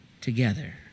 together